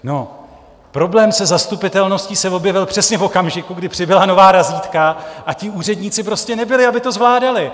No, problém se zastupitelností se objevil přesně v okamžiku, kdy přibyla nová razítka, a ti úředníci prostě nebyli, aby to zvládali.